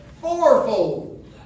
fourfold